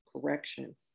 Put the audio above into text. correction